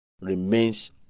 Remains